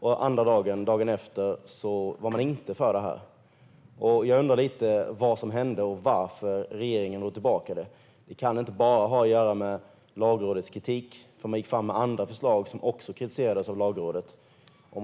och andra dagen - dagen efter - var man inte för det. Jag undrar lite vad som hände och varför regeringen drog tillbaka det. Det kan inte bara ha att göra med Lagrådets kritik, för man gick fram med andra förslag som också kritiserades av Lagrådet.